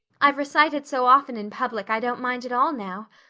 i've recited so often in public i don't mind at all now.